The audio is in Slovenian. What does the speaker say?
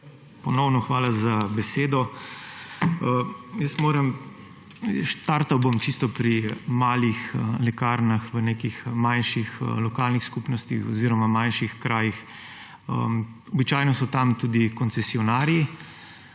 Ponovno hvala za besedo. Štartal bom čisto pri malih lekarnah v nekih manjših lokalnih skupnostih oziroma manjših krajih. Običajno so tam tudi koncesionarji